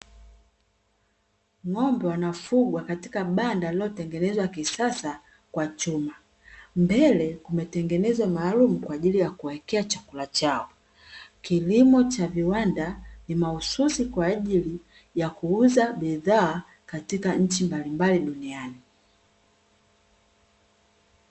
Ng'ombe wanafugwa katika banda lililotengenezwa kisasa kwa chuma, mbele kumetengenezwa maalumu kwa ajili ya kuwawekea chakula chao. Kilimo cha viwanda ni mahususi kwa ajili ya kuuza bidhaa katika nchi mbalimbali duniani.